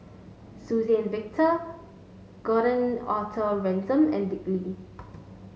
Suzann Victor Gordon Arthur Ransome and Dick Lee